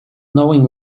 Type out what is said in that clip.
knowing